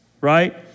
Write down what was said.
right